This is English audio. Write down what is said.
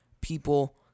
people